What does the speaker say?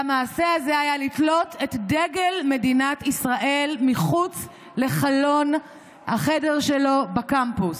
והמעשה הזה היה לתלות את דגל מדינת ישראל מחוץ לחלון החדר שלו בקמפוס.